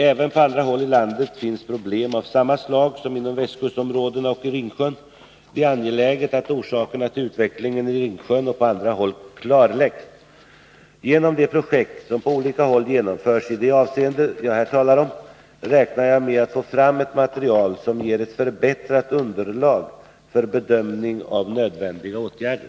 Även på andra håll i landet finns problem av samma slag som inom västkustområdena och i Ringsjön. Det är angeläget att orsakerna till utvecklingen i Ringsjön och på andra håll klarläggs. Genom de projekt som på olika håll genomförs i det avseende jag här talar om, räknar jag med att få fram ett material som ger ett förbättrat underlag för bedömning av nödvändiga åtgärder.